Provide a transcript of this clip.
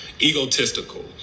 egotistical